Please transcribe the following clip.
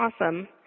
Awesome